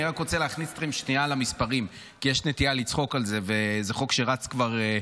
אני רק רוצה לומר על המספרים כי יש נטייה לצחוק על זה וזה חוק שרץ כבר.